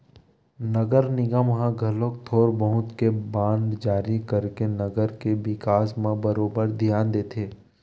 नगर निगम ह घलो थोर बहुत के बांड जारी करके नगर के बिकास म बरोबर धियान देथे